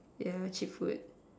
yeah cheap food